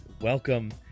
welcome